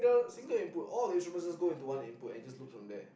single input all the instruments just go into one input and just loop from there